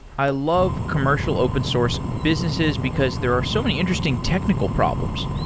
i love commercial open source businesses because there are so many interesting technical problems.